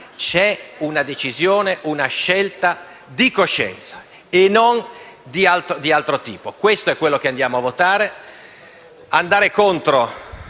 C'è una decisione, una scelta di coscienza e non di altro tipo. Questo è quello che andiamo a votare.